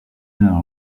dans